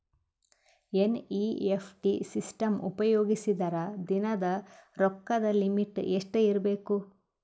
NEFT system ಉಪಯೋಗಿಸಿದರ ದಿನದ ರೊಕ್ಕದ ಲಿಮಿಟ್ ಎಷ್ಟ ಇರಬೇಕು?